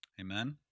Amen